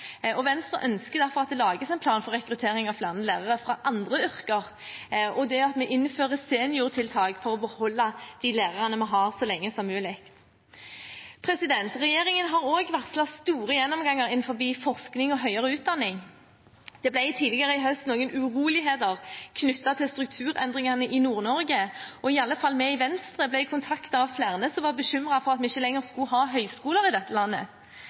2020. Venstre ønsker derfor at det lages en plan for rekruttering av flere lærere fra andre yrker, og at det innføres flere seniortiltak for å beholde de lærerne vi har, så lenge som mulig. Regjeringen har også varslet store gjennomganger innen forskning og høyere utdanning. Det ble tidligere i høst noen uroligheter knyttet til strukturendringene i Nord-Norge. I alle fall vi i Venstre ble kontaktet av flere som var bekymret for at vi ikke lenger skulle ha høyskoler i dette landet.